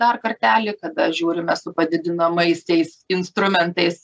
dar kartelį kada žiūrime su padidinamaisiais instrumentais